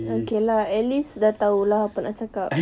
okay lah at least dah tahu lah apa nak cakap